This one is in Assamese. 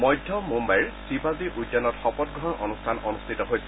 মধ্য মুমাইৰ শিৱাজী উদ্যানত শপতগ্ৰহণ অনুষ্ঠান অনুষ্ঠিত হৈছে